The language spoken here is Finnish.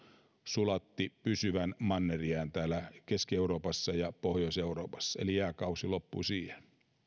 sulatti pysyvän mannerjään täällä keski euroopassa ja pohjois euroopassa eli jääkausi loppui siihen